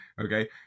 Okay